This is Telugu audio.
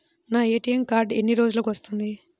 నా ఏ.టీ.ఎం కార్డ్ ఎన్ని రోజులకు వస్తుంది?